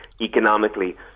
economically